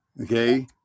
Okay